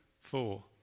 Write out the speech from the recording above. four